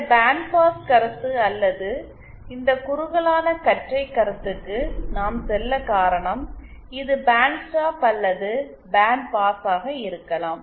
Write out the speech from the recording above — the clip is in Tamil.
இந்த பேண்ட்பாஸ் கருத்து அல்லது இந்த குறுகலானகற்றை கருத்துக்கு நாம் செல்ல காரணம் இது பேண்ட்ஸ்டாப் அல்லது பேண்ட்பாஸாக இருக்கலாம்